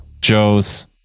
Joe's